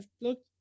look